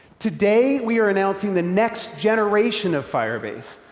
today, we are announcing the next generation of firebase.